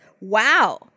wow